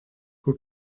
who